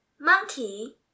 Monkey